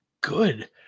good